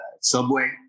subway